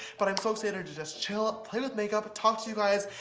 but i'm so excited to just chill, play with makeup, talk to you guys,